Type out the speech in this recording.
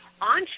on